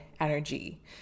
energy